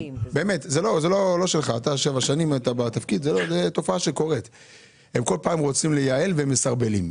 כל פעם הם רוצים לייעל אבל מסרבלים.